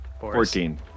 Fourteen